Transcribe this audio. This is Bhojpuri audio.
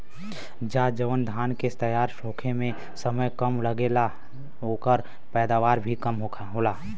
का जवन धान के तैयार होखे में समय कम लागेला ओकर पैदवार भी कम होला?